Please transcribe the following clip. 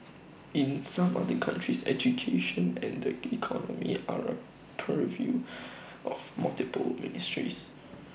in some other countries education and the economy are purview of multiple ministries